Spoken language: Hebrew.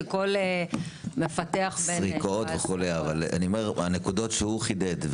שכל מפתח בן 17 --- הנקודות שהוא חידד,